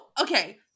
okay